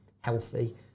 healthy